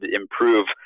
improve